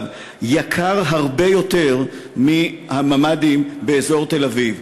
בצפון יקר הרבה יותר מהממ"דים באזור תל-אביב.